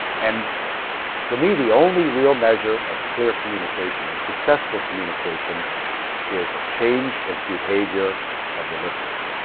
and for me the only real measure of clear communication and successful communication is a change of behavior of the listener.